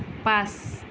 পাঁচ